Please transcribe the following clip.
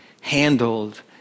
handled